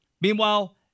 Meanwhile